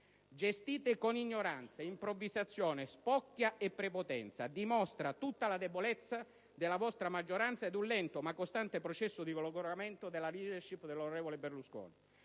(gestite con ignoranza, improvvisazione, spocchia e prepotenza), dimostra tutta la debolezza della vostra maggioranza ed un lento ma costante processo di logoramento della *leadership* dell'onorevole Berlusconi.